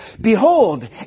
behold